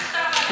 נכתב עליכם.